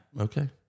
Okay